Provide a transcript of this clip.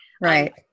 Right